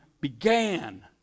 began